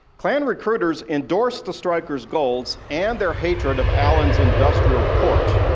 klan recruiters endorsed the strikers' goals and their hatred of allen's industrial court.